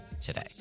today